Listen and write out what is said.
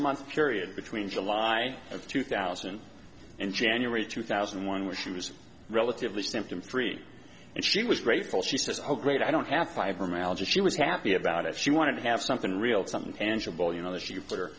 month period between july of two thousand and january two thousand and one when she was relatively symptom free and she was grateful she says oh great i don't have fibromyalgia she was happy about it she wanted to have something real something tangible you know that she put her